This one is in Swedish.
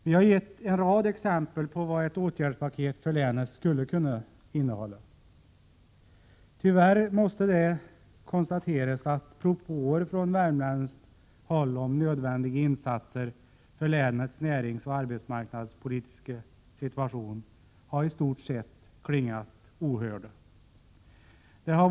Vi har gett en rad exempel på vad ett åtgärdspaket för länet skulle kunna innehålla. Tyvärr måste det konstateras att propåer från värmländskt håll om nödvändiga insatser för länets näringsoch arbetsmarknadspolitiska situation har i stort sett klingat ohörda.